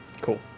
Cool